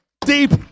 deep